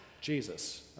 Jesus